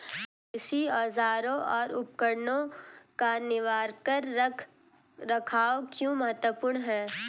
कृषि औजारों और उपकरणों का निवारक रख रखाव क्यों महत्वपूर्ण है?